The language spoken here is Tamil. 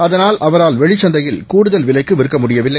அத னால் அவரால்வெளிச்சந்தையில்கூடுதல்விலைக்குவிற்கமுடியவில் லை